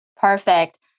Perfect